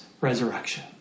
resurrection